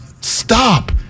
stop